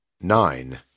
Nine